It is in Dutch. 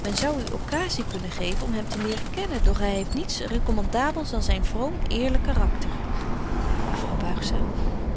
men zou u occasie kunnen geven om hem te leren kennen doch hy heeft niets recommandabels dan zyn vroom eerlyk karakter juffrouw buigzaam